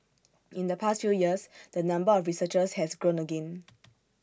in the past few years the number of researchers has grown again